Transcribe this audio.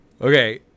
Okay